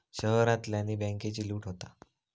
शहरांतल्यानी बॅन्केची लूट होता